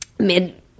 Mid